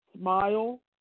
smile